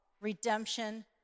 redemption